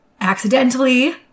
accidentally